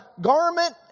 garment